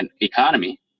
economy